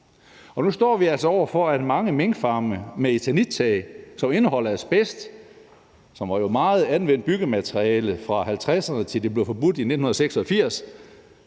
Nu står vi altså over for mange minkfarme med eternittag, som indeholder asbest, som jo var et meget anvendt byggemateriale fra 1950'erne, til det blev forbudt i 1986.